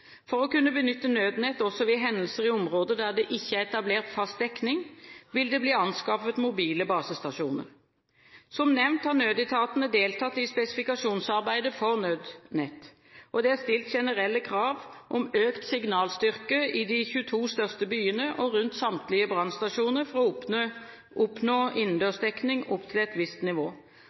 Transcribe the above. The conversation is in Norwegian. For å kunne benytte Nødnett også ved hendelser i områder der det ikke er etablert fast dekning, vil det bli anskaffet mobile basestasjoner. Som nevnt har nødetatene deltatt i spesifikasjonsarbeidet for Nødnett. Det er stilt generelle krav om økt signalstyrke i de 22 største byene og rundt samtlige brannstasjoner for å oppnå innendørsdekning opp til et visst nivå.